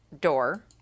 door